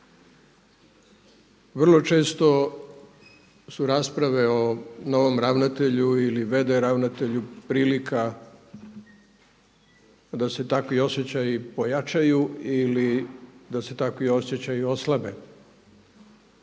Vrlo često su rasprave o novom ravnatelju ili v.d. ravnatelju prilika da se takvi osjećaji pojačaju ili da se takvi osjećaji oslabe,